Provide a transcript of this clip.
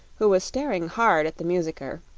who was staring hard at the musicker,